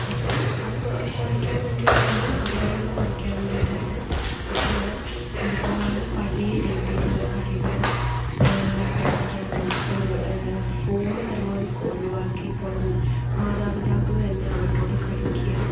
അപ്പം അത് കുറയ്ക്കാൻ വേണ്ടിയിട്ട് തന്നെ അപകടങ്ങള് കുറയ്ക്കാൻ വേണ്ടിയിട്ട് തന്നെ കുട്ടികളെ ഒരുപാട് പഴയ രീതിയിലുള്ള കളികള് കളിക്കാനും ഫോണ് പരമാവധി ഒഴുവാക്കി പുറം മാതാപിതാക്കൾ തന്നെ അവരുടെ കൂടെ കളിയ്ക്കുക